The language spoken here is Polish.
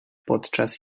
podczas